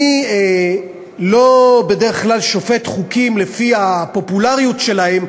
אני בדרך כלל לא שופט חוקים לפי הפופולריות שלהם,